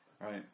Right